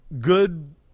good